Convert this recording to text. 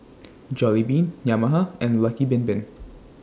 Jollibean Yamaha and Lucky Bin Bin